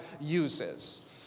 uses